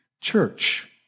church